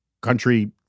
country